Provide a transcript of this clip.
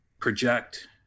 project